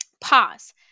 Pause